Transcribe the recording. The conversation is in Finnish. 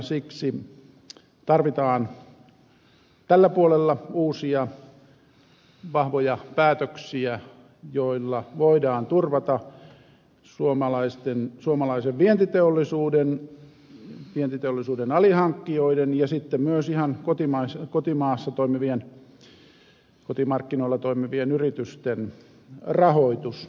siksi tarvitaan tällä puolella uusia vahvoja päätöksiä joilla voidaan turvata suomalaisen vientiteollisuuden vientiteollisuuden alihankkijoiden ja sitten myös ihan kotimarkkinoilla toimivien yritysten rahoitus